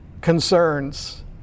concerns